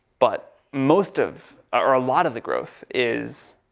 but most of, or a lot of the growth is,